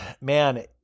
man